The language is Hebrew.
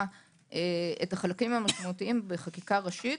את החלקים המשמעותיים בחקיקה ראשית,